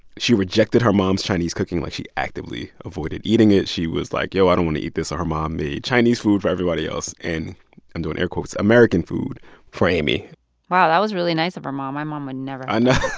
she rejected her mom's chinese cooking like, she actively avoided eating it. she was like, yo, i don't want to eat this. so her mom made chinese food for everybody else and i'm doing air quotes american food for amy wow, that was really nice of her mom. my mom would never. i know.